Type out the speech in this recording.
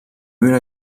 viure